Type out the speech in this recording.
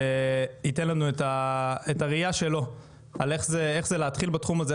שייתן לנו את הראיה שלו על איך זה להתחיל בתחום הזה,